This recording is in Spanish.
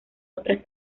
otras